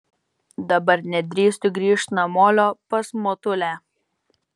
dabar nedrįstu grįžt namolio pas motulę